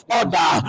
order